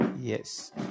Yes